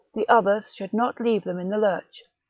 the others should not leave them in the lurch.